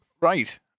Right